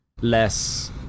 less